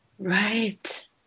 Right